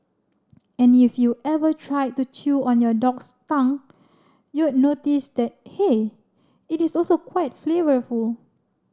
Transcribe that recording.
and if you ever tried to chew on your dog's tongue you'd notice that hey it is also quite flavourful